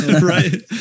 Right